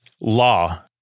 law